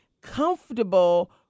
comfortable